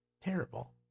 terrible